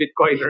Bitcoin